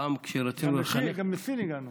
פעם, כשרצינו לחנך, גם לסין הגענו.